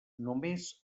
només